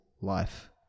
life